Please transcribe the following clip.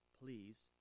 please